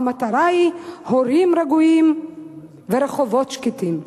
המטרה היא: הורים רגועים ורחובות שקטים".